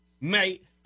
mate